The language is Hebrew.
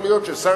יכול להיות ששר